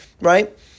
right